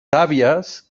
àvies